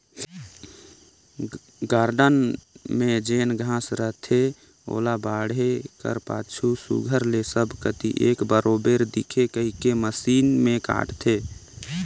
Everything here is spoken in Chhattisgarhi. गारडन में जेन घांस रहथे ओला बाढ़े कर पाछू सुग्घर ले सब कती एक बरोबेर दिखे कहिके मसीन में काटथें